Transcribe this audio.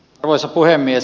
arvoisa puhemies